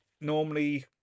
normally